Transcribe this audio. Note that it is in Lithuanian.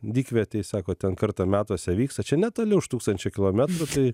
dykvietėj sako ten kartą metuose vyksta čia netoli už tūkstančio kilometrų tai